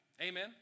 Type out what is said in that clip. Amen